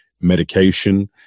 medication